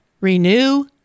renew